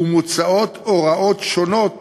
ומוצעות הוראות שונות